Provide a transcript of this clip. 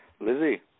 Lizzie